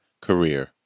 career